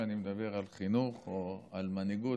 כשאני מדבר על חינוך או על מנהיגות,